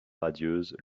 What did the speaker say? radieuse